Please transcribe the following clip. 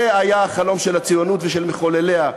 זה היה החלום של הציונות ושל מחולליה.